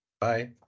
Bye